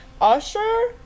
usher